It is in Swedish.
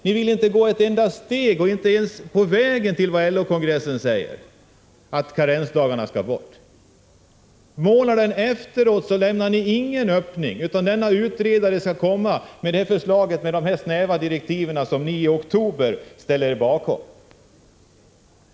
Ni vill inte gå ett enda steg på vägen mot vad LO-kongressen förordade, nämligen att karensdagarna skall bort. Månaden efter kongressen lämnar ni ingen öppning, utan denna utredare skall komma med sitt förslag enligt de snäva direktiv som ni i oktober ställer er bakom.